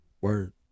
Word